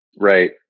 Right